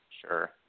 Sure